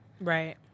Right